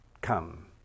come